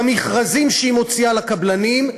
במכרזים שהיא מוציאה לקבלנים,